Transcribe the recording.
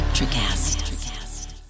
Electricast